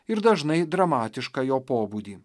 ir dažnai dramatišką jo pobūdį